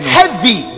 heavy